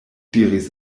diris